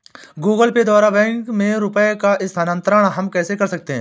Google Pay द्वारा bank में रुपयों का स्थानांतरण हम कैसे कर सकते हैं?